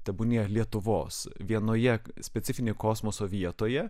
tebūnie lietuvos vienoje specifinėje kosmoso vietoje